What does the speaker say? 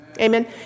Amen